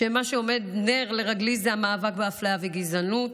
ומה שעומד כנר לרגלי זה המאבק באפליה וגזענות,